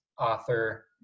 author